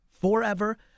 forever